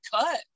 cut